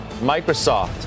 Microsoft